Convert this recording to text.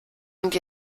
und